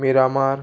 Miramar